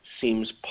seems